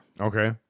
okay